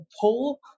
pull